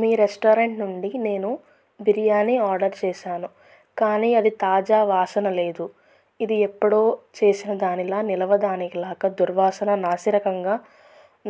మీ restaurant నుండి నేను biryani order చేసాను కానీ అది తాజా వాసన లేదు ఇది ఎప్పుడో చేసిన దానిలా నిలవదానికిలాగా దుర్వాసన నాసిరకంగా